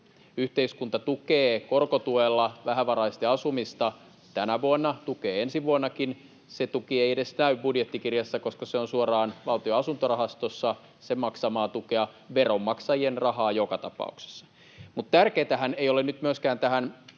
Yhteiskunta tukee korkotuella vähävaraisten asumista tänä vuonna, tukee ensi vuonnakin. Se tuki ei edes näy budjettikirjassa, koska se on suoraan Valtion asuntorahastossa ja sen maksamaa tukea — veronmaksajien rahaa joka tapauksessa. Mutta tässä todellisessa